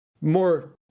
more